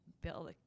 build